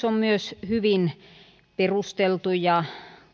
on myös hyvin perusteltu ja